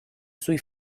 sui